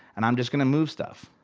and i'm just gonna move stuff.